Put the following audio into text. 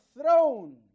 throne